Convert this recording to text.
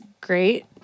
great